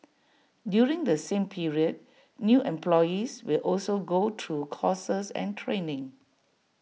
during the same period new employees will also go through courses and training